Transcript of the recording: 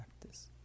practice